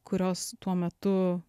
kurios tuo metu